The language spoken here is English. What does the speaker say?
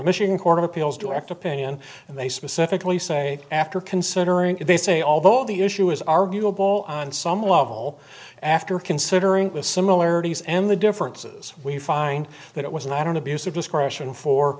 court of appeals direct opinion and they specifically say after considering they say although the issue is arguable on some level after considering the similarities and the differences we find that it was not an abuse of discretion for